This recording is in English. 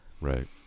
right